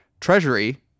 Treasury